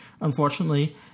unfortunately